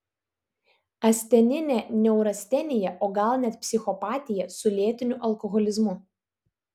asteninė neurastenija o gal net psichopatija su lėtiniu alkoholizmu